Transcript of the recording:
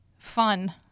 Fun